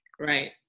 Right